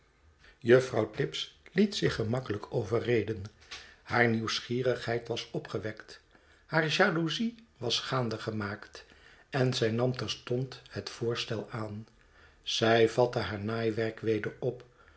juffrouw tibbs liet zich gemakkelijk overreden haar nieuwsgierigheid was opgewekt haar jaloezie was gaande gemaakt en zij nam terstond het voorstel aan zij vatte haar naaiwerk weder op